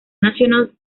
national